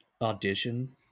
audition